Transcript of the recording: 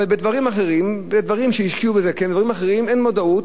בדברים אחרים אין מודעות,